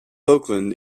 oakland